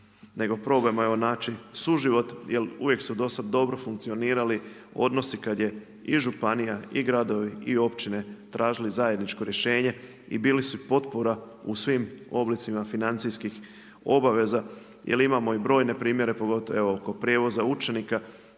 nego probajmo evo naći suživot jer uvijek su do sada dobro funkcionirali odnosi kada je i županija i gradovi i općine tražili zajedničko rješenje i bili su potpora u svim oblicima financijskih obaveza. Jer imamo i brojne primjere pogotovo evo kod prijevoza učenika